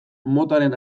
motaren